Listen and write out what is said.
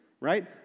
right